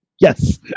Yes